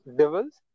devils